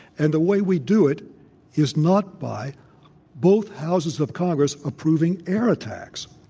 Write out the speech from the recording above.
and the way we do it is not by both houses of congress approving air attacks.